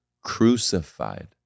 crucified